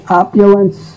opulence